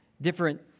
different